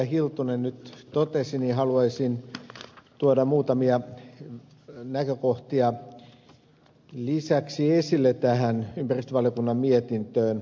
hiltunen nyt totesi haluaisin tuoda muutamia näkökohtia lisäksi esille tähän ympäristövaliokunnan mietintö